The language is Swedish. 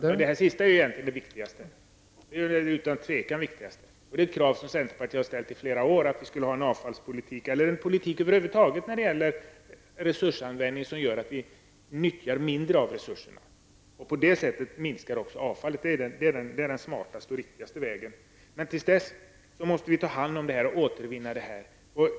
Fru talman! Det sista är egentligen det utan tvivel viktigaste. Centerpartiet har också i flera år ställt krav på att vi skall ha en avfallspolitik eller över huvud taget en politik som gör att vi nyttjar mindre av resurserna. På det sättet minskar också mängden avfall. Det är den smartaste och riktigaste vägen. Fram till dess måste vi ändå ta hand om och återvinna det avfall som finns.